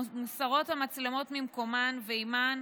מוסרות המצלמות ממקומן, ועימן